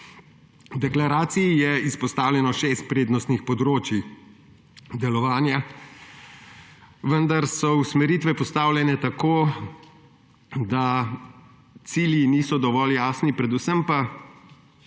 V deklaraciji je izpostavljenih šest prednostnih področij delovanja, vendar so usmeritve postavljene tako, da cilji niso dovolj jasni, predvsem pa